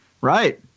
right